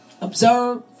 observe